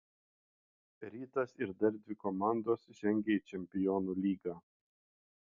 rytas ir dar dvi komandos žengia į čempionų lygą